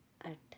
ਅੱਠ